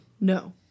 No